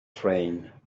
train